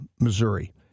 Missouri